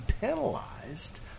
penalized